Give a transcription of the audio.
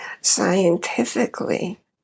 scientifically